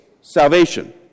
salvation